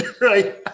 Right